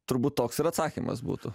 turbūt toks ir atsakymas būtų